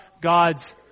God's